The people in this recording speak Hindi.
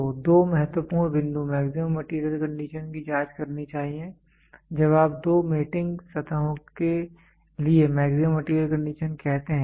तो दो महत्वपूर्ण बिंदु मैक्सिमम मैटेरियल कंडीशन की जांच करनी चाहिए जब आप दो मेटिंग सतहों के लिए मैक्सिमम मैटेरियल कंडीशन कहते हैं